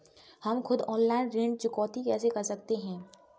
हम खुद ऑनलाइन ऋण चुकौती कैसे कर सकते हैं?